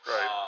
Right